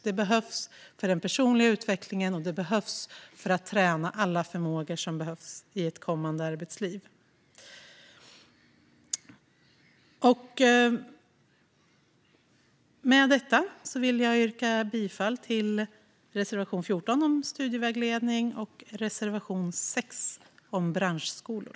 Det behövs för den personliga utvecklingen, och det behövs för att träna alla förmågor som krävs i ett kommande arbetsliv. Med detta vill jag yrka bifall till reservation 14 om studievägledning och reservation 6 om branschskolor.